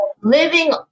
living